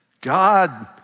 God